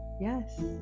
yes